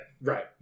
Right